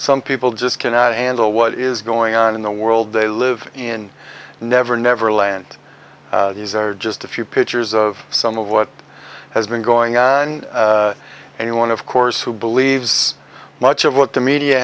some people just cannot handle what is going on in the world they live in never never land these are just a few pictures of some of what has been going on any one of course who believes much of what the media